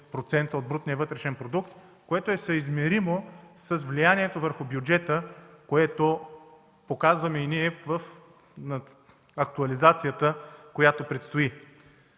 от брутния вътрешен продукт, което е съизмеримо с влиянието върху бюджета – това показваме и ние при актуализацията, която предстои.